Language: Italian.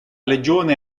legione